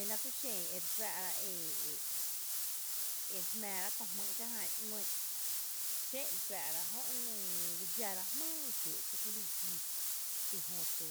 Ela kúxen ere juⱥⱥ’ rá e e re jmⱥⱥ ra’ köö jmýy’ kié’ jan ‘nýy’ re juⱥⱥ’ rá jö re dxara jmyy kiee’ kí kúli dxíi kie’ jötu